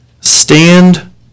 Stand